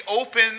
open